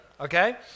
Okay